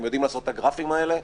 הם יודעים לעשות את הגרפים האלה,